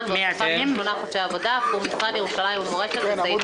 עבור שמונה חודשי עבודה במשרד ירושלים ומורשת בסעיף